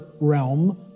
realm